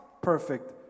perfect